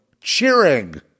cheering